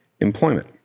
employment